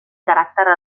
caràcter